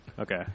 Okay